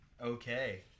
Okay